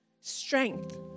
strength